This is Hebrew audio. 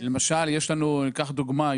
למשל ניקח דוגמה,